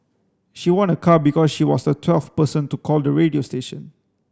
she won a car because she was the twelfth person to call the radio station